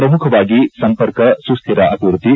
ಪ್ರಮುಖವಾಗಿ ಸಂಪರ್ಕ ಸುಸ್ಕಿರ ಅಭಿವೃದ್ಧಿ